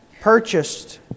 purchased